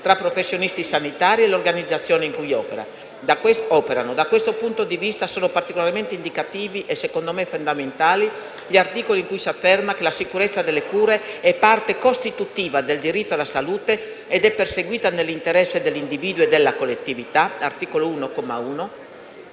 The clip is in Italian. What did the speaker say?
tra professionisti sanitari e l'organizzazione in cui operano. Da questo punto di vista sono particolarmente indicativi - e secondo me fondamentali - gli articoli in cui si afferma che la sicurezza delle cure è parte costitutiva del diritto alla salute ed è perseguita nell'interesse dell'individuo e della collettività (articolo 1,